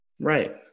Right